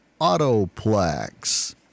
Autoplex